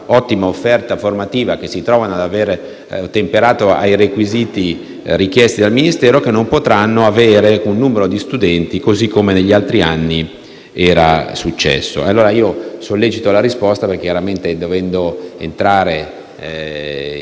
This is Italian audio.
ottima offerta formativa che si trovano ad avere ottemperato ai requisiti richiesti dal Ministero, ma che non potranno avere un numero di studenti così come negli altri anni era successo. Sollecito quindi la risposta perché, dovendo in